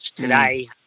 today